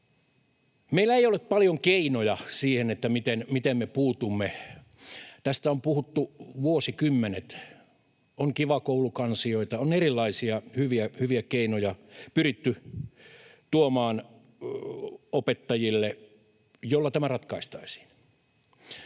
Meillä ei ole paljon keinoja siihen, miten me puutumme. Tästä on puhuttu vuosikymmenet. On Kiva Koulu ‑kansioita, on pyritty tuomaan opettajille erilaisia